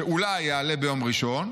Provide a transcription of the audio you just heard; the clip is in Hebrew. שאולי יעלה ביום ראשון.